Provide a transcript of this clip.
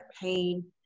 pain